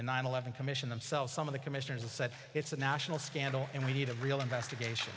the nine eleven commission themselves some of the commissioners said it's a national scandal and we need a real investigation